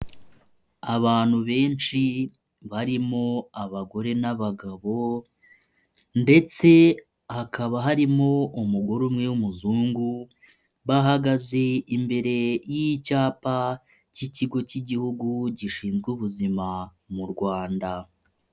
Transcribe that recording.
Abantu benshi barimo abagore n'abagabo ndetse hakaba harimo umugore umwe w'umuzungu, bahagaze imbere y'icyapa cy'ikigo cy'igihugu gishinzwe ubuzima mu Rwanda.